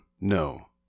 no